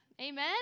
Amen